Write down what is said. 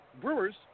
Brewers